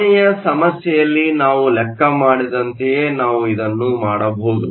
ಕೊನೆಯ ಸಮಸ್ಯೆಯಲ್ಲಿ ನಾವು ಲೆಕ್ಕ ಮಾಡಿದಂತೆಯೇ ನಾವೂ ಇದನ್ನು ಮಾಡಬಹುದು